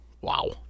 wow